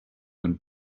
and